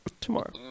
tomorrow